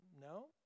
No